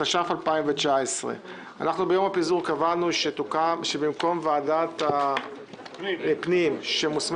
לפי חוק התכנון והבנייה (תיקון מס' 101)- מס'